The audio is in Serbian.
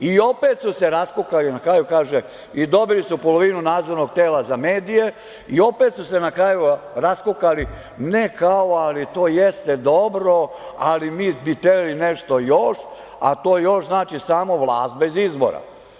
I opet su se raskukali na kraju, kažu, dobili su polovinu nadzornog tela za medije i opet su se raskukali, ne, kao, ali to jeste dobro, ali mi bi hteli nešto još, a to još znači samo vlast bez izbora.